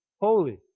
holy